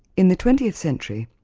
in the twentieth century,